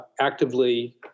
actively